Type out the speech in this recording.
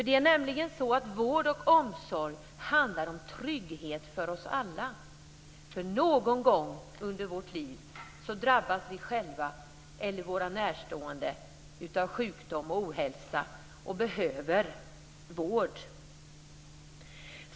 Det är nämligen så att vård och omsorg handlar om trygghet för oss alla, för någon gång under vårt liv drabbas vi själva eller våra närstående av sjukdom och ohälsa och behöver vård.